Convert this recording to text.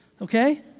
Okay